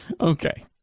okay